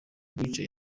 wicaye